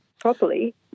properly